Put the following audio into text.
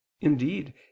indeed